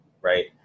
right